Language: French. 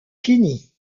finie